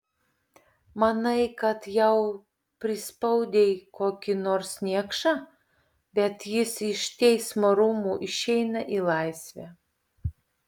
manai kad jau prispaudei kokį nors niekšą bet jis iš teismo rūmų išeina į laisvę